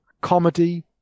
comedy